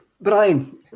Brian